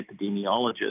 epidemiologist